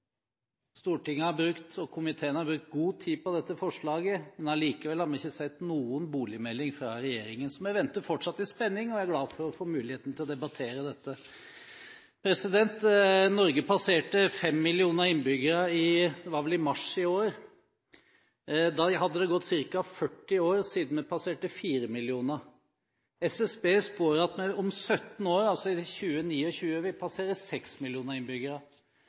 Stortinget og komiteen har brukt god tid på dette forslaget, men vi har ikke sett noen boligmelding fra regjeringen. Så vi venter fortsatt i spenning, og jeg er glad for å få muligheten til å debattere dette. Norge passerte 5 millioner innbyggere i mars i år, var det vel. Da hadde det gått ca. 40 år siden vi passerte 4 millioner. SSB spår at vi om 17 år, altså i 2029, vil passere 6 millioner innbyggere.